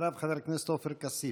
אחריו, חבר הכנסת עופר כסיף.